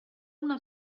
una